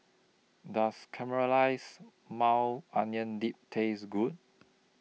Does Caramelized Maui Onion Dip Taste Good